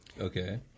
Okay